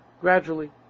gradually